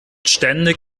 ständig